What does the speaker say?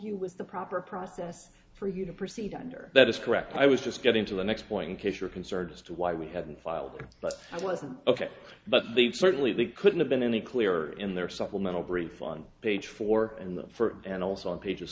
you was the proper process for you to proceed under that is correct i was just getting to the next point in case you're concerned as to why we haven't filed but i wasn't ok but these certainly they couldn't have been any clearer in their supplemental brief on page four and for and also on page